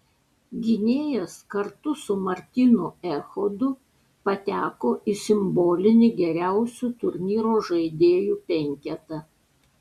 gynėjas kartu su martynu echodu pateko į simbolinį geriausių turnyro žaidėjų penketą